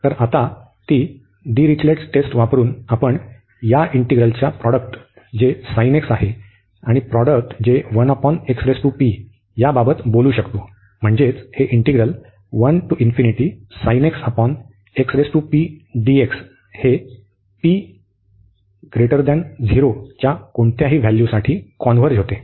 तर आता ती डिरीचलेट टेस्ट वापरुन आपण या इंटिग्रलच्या प्रॉडक्ट जे sin x आहे आणि प्रॉडक्ट जे बाबत बोलू शकतो म्हणजेच हे इंटिग्रल हे च्या कोणत्याही व्हॅल्यूसाठी कॉन्व्हर्ज होते